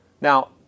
Now